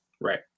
right